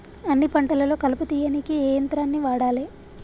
అన్ని పంటలలో కలుపు తీయనీకి ఏ యంత్రాన్ని వాడాలే?